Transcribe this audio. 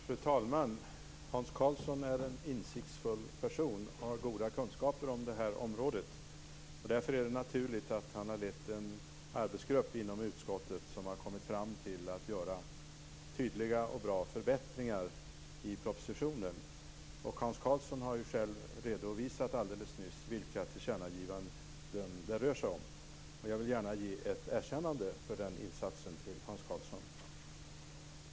Fru talman! Hans Karlsson är en insiktsfull person och har goda kunskaper om det här området. Därför är det naturligt att han har lett en arbetsgrupp inom utskottet som har kommit fram till att göra tydliga och bra förbättringar i propositionen. Hans Karlsson har ju själv alldeles nyss redovisat vilka tillkännagivanden det rör sig om. Jag vill gärna ge ett erkännande för den insatsen till Hans Karlsson.